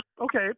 okay